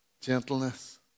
gentleness